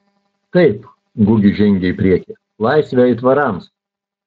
taip gugis žengė į priekį laisvę aitvarams